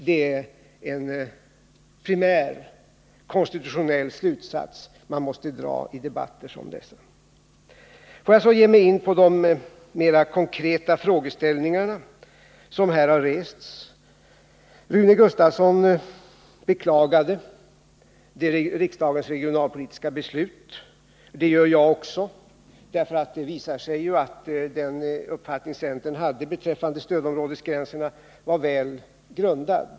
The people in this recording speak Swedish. Det är en primär konstitutionell slutsats man måste dra i debatter som dessa. Får jag så ge mig in på de mera konkreta frågeställningar som här rests. Rune Gustavsson beklagade riksdagens regionalpolitiska beslut. Det gör jag också. Det visar sig ju att den uppfattning centern hade beträffande stödområdesgränserna var väl grundad.